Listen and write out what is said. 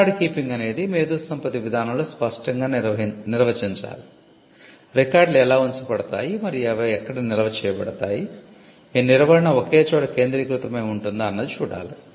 record keeping అనేది మేధోసంపత్తి విధానంలో స్పష్టంగా నిర్వచించాలి రికార్డులు ఎలా ఉంచబడతాయి మరియు అవి ఎక్కడ నిల్వ చేయబడతాయి ఈ నిర్వహణ ఒకే చోట కేంద్రీకృతమై ఉంటుందా అన్నది చూడాలి